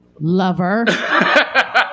lover